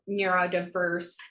neurodiverse